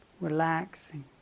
relaxing